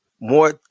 More